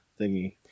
thingy